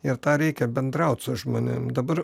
ir tą reikia bendraut su žmonėm dabar